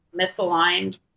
misaligned